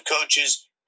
coaches